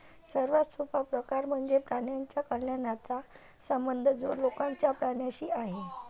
सर्वात सोपा प्रकार म्हणजे प्राण्यांच्या कल्याणाचा संबंध जो लोकांचा प्राण्यांशी आहे